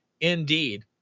indeed